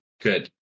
Good